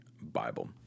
Bible